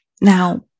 Now